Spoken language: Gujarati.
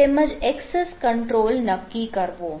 તેમજ એક્સેસ કંટ્રોલ નક્કી કરવો